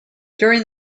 during